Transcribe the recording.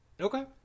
Okay